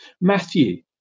Matthew